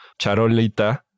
charolita